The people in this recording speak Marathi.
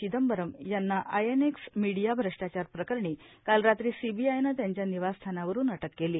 चिदंबरम यांना आईएनएक्स मिडीया भ्रश्टाचार प्रकरणी काल रात्री सीबीआयनं त्यांच्या निवासस्थानावरून अटक केली